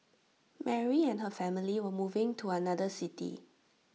Mary and her family were moving to another city